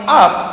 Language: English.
up